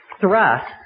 thrust